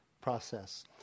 process